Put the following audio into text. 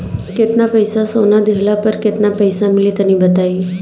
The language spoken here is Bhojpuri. केतना सोना देहला पर केतना पईसा मिली तनि बताई?